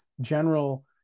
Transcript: general